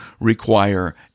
require